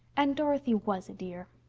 and dorothy was a dear.